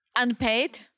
Unpaid